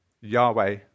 Yahweh